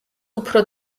უფრო